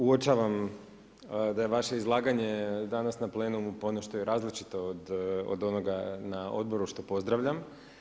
Uočavam da je vaše izlaganje danas na plenumu ponešto i različito od onoga na odboru, što pozdravljam.